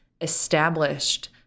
established